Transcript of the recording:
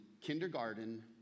kindergarten